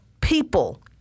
people